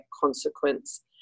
consequence